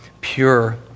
pure